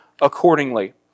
accordingly